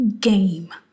game